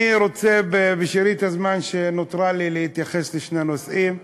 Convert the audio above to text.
אני רוצה בשארית הזמן שנותרה לי להתייחס לשני נושאים.